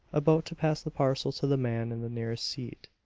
about to pass the parcel to the man in the nearest seat.